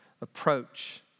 approach